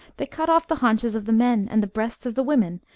they cut off the haunches of the men and the hreasts of the women,